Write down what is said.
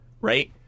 right